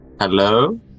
Hello